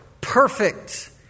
perfect